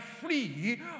free